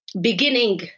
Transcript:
beginning